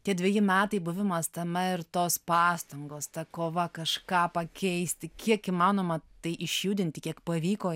tie dveji metai buvimas tame ir tos pastangos ta kova kažką pakeisti kiek įmanoma tai išjudinti kiek pavyko